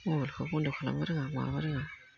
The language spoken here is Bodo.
मबाइलखौबो बन्द खालामनोबो रोङा मानोबो रोङा